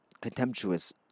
contemptuous